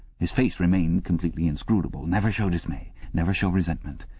his face remained completely inscrutable. never show dismay! never show resentment!